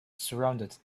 surrounded